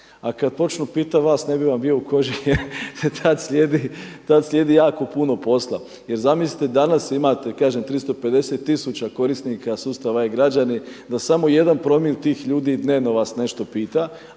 a kada počnu pitati vas ne bi vam bio u koži jel tada slijedi jako puno posla. Jel zamislite danas imate kažem 350 tisuća korisnika sustava e-Građani, da samo jedan promil tih ljudi dnevno vas nešto pita,